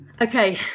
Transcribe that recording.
Okay